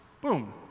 boom